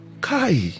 Kai